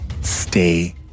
stay